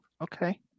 Okay